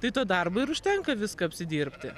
tai to darbo ir užtenka viską apsidirbti